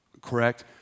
correct